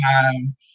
time